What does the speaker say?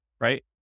right